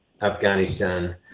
afghanistan